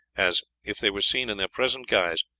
as, if they were seen in their present guise,